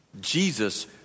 Jesus